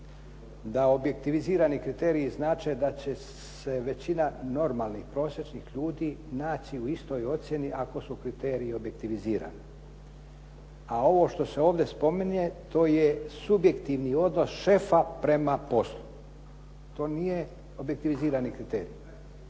da objektivizirani kriteriji znače da će se većina normalnih prosječnih ljudi naći u istoj ocjeni ako su kriteriji objektivizirani. A ovo što se ovdje spominje to je subjektivni odnos šefa prema poslu, to je nije objektivizirani kriterij.